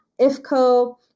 IFCO